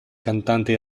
cantante